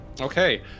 Okay